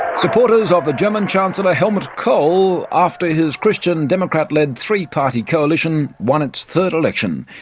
supporters of the german chancellor helmut kohl after his christian democrat led three-party coalition won its third election.